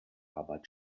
arbeit